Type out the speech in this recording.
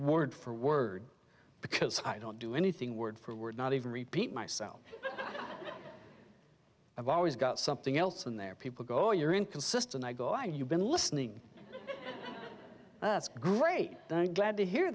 word for word because i don't do anything word for word not even repeat myself i've always got something else in there people go oh you're inconsistent i go i know you've been listening that's great i'm glad to hear